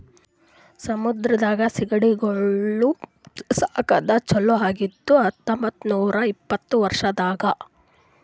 ಸಮುದ್ರದ ಸೀಗಡಿಗೊಳ್ ಸಾಕದ್ ಚಾಲೂ ಆಗಿದ್ದು ಹತೊಂಬತ್ತ ನೂರಾ ಇಪ್ಪತ್ತರ ವರ್ಷದಾಗ್